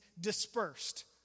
dispersed